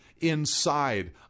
inside